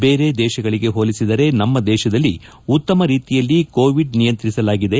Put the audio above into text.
ಬೇರೆ ದೇಶಗಳಿಗೆ ಹೋಲಿಸಿದರೆ ನಮ್ಮ ದೇಶದಲ್ಲಿ ಉತ್ತಮ ರೀತಿಯಲ್ಲಿ ಕೋವಿಡ್ ನಿಯಂತ್ರಿಸಲಾಗಿದೆ